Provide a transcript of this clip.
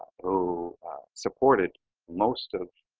who supported most of